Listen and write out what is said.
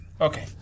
Okay